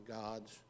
God's